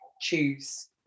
choose